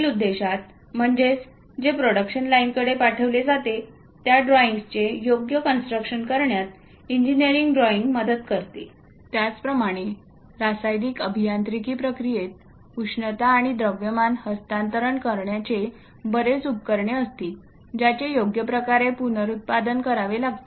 पुढील उद्देशात म्हणजेच जे प्रोडक्शन लाईन कडे पाठवले जाते त्या ड्रॉइंग्सचे योग्य कन्स्ट्रक्शन करण्यात इंजिनिअरिंग ड्रॉइंग मदत करते त्याचप्रमाणे रासायनिक अभियांत्रिकी प्रक्रियेत उष्णता आणि द्रव्यमान हस्तांतरण करण्याचे बरेच उपकरणे असतील ज्याचे योग्यप्रकारे पुनरुत्पादन करावे लागते